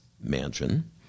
mansion